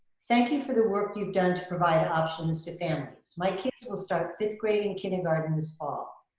thank you for the work you've done to provide options to families. my kids will start fifth grade and kindergarten this fall.